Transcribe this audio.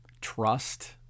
Trust